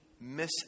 miss